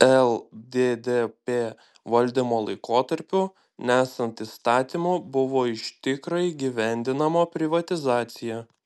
lddp valdymo laikotarpiu nesant įstatymų buvo iš tikro įgyvendinama privatizacija